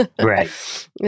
Right